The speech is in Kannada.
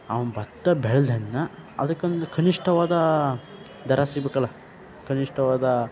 ಅವ್ನು ಭತ್ತ ಬೆಳ್ದನ್ನ ಅದಕ್ಕೊಂದು ಕನಿಷ್ಠವಾದ ದರ ಸಿಗ್ಬೇಕಲ್ಲ ಕನಿಷ್ಠವಾದ